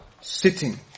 sitting